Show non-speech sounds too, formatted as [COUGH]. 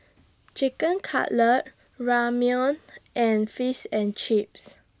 [NOISE] Chicken Cutlet Ramyeon and Fish and Chips